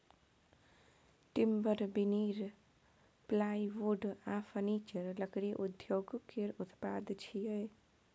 timber, veneer, plywood आ furniture लकड़ी उद्योग केर उत्पाद छियै